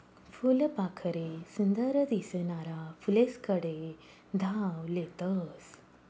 फुलपाखरे सुंदर दिसनारा फुलेस्कडे धाव लेतस